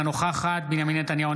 אינה נוכחת בנימין נתניהו,